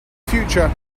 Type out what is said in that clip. future